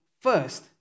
first